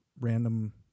random